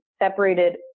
separated